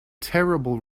terrible